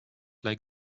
like